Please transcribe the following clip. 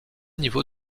niveau